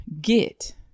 get